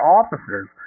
officers